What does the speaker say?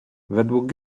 według